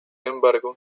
embargo